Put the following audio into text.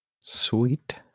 Sweet